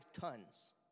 tons